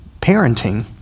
parenting